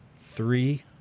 three